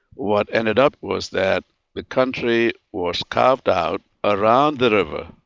what ended up was that the country was carved out around the river,